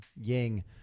Ying